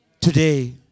today